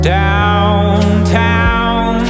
downtown